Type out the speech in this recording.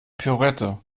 pirouette